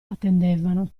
attendevano